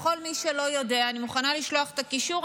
לכל מי שלא יודע אני מוכנה לשלוח את הקישור,